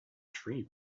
tree